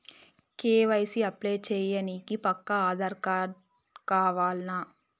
KYC apply చేయనీకి పక్కా ఆధార్ కావాల్నా?